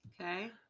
Okay